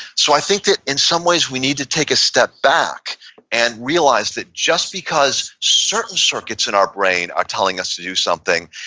so, i think that in some ways, we need to take a step back and realize that just because certain circuits in our brain are telling us to do something,